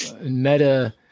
meta